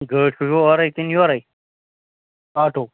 گٲڑۍ کھٲلوٕ اورَے کِنہٕ یورَے آٹوٗ